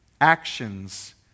actions